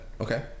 Okay